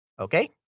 okay